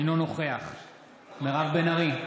אינו נוכח מירב בן ארי,